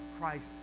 Christ